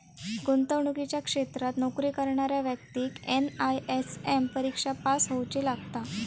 गुंतवणुकीच्या क्षेत्रात नोकरी करणाऱ्या व्यक्तिक एन.आय.एस.एम परिक्षा पास होउची लागता